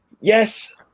yes